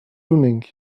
evening